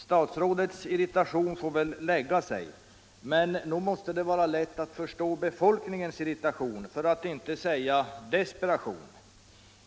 Statsrådets irritation får väl lägga sig, men nog måste det vara lätt att förstå befolkningens irritation — för att inte säga desperation.